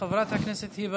חבר הכנסת עמית הלוי,